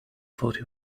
forty